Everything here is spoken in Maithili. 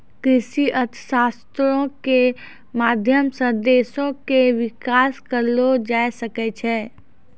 कृषि अर्थशास्त्रो के माध्यम से देशो के विकास करलो जाय सकै छै